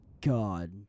god